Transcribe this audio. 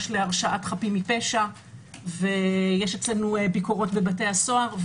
להרשעת חפים מפשע ויש אצלנו ביקורת לבתי הסוהר.